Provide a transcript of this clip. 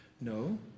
No